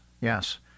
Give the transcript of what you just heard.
yes